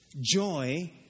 joy